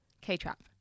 K-Trap